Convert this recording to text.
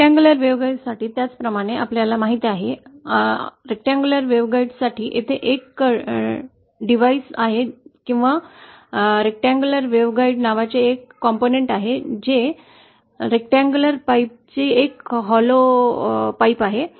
आयताकृती साठी त्याचप्रमाणे आपल्याला माहिती आहे आयताकृती वेव्हगॉइड साठी तेथे एक डिव्हाइस आहे किंवा आयताकृती वेव्हगाइड नावाचे एक घटक आहे जे आयताकृती पाईपची फक्त एक पोकळी आहे